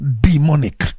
Demonic